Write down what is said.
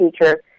teacher